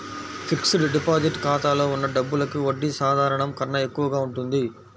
fixed deposit ఖాతాలో ఉన్న డబ్బులకి వడ్డీ సాధారణం కన్నా ఎక్కువగా ఉంటుంది